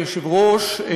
אדוני היושב-ראש,